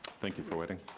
thank you for waiting.